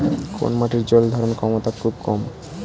কোন মাটির জল ধারণ ক্ষমতা খুব কম?